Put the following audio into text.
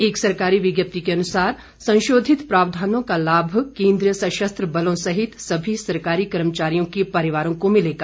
एक सरकारी विज्ञप्ति के अनुसार संशोधित प्रावधानों का लाभ केन्द्रीय सशस्त्र बलों सहित सभी सरकारी कर्मचारियों के परिवारों को मिलेगा